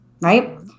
right